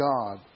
God